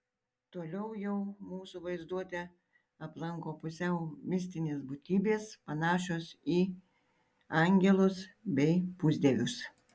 toliau jau mūsų vaizduotę aplanko pusiau mistinės būtybės panašios į angelus bei pusdievius